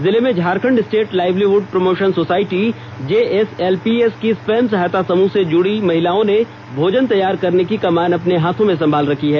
जिले में Jharkhand state livelihood promotion society JSLPS की स्वयं सहायता से जुड़ी महिलाओं ने भोजन तैयार करने की कमान अपने हाथों में सँभाल रखी है